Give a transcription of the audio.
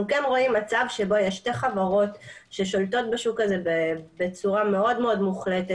אנחנו כן רואים מצב שבו יש שתי חברות בצורה מאוד מוחלטת,